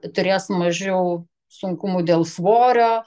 turės mažiau sunkumų dėl svorio